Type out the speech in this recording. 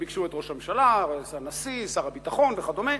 הם ביקשו מראש הממשלה, מהנשיא, שר הביטחון וכדומה.